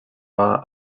are